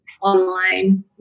online